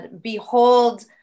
Behold